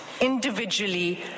individually